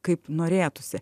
kaip norėtųsi